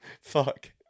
Fuck